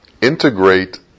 integrate